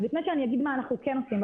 אז לפני שאני אגיד מה אנחנו כן עושים,